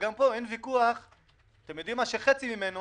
גם פה, אין ויכוח שחצי ממנו